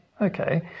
Okay